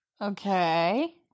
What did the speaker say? Okay